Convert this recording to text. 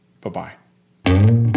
Bye-bye